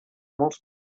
molts